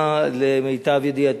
למיטב ידיעתי,